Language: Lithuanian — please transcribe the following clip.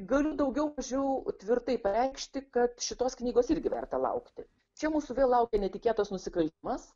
galiu daugiau mažiau tvirtai pareikšti kad šitos knygos irgi verta laukti čia mūsų vėl laukia netikėtas nusikaltimas